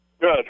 Good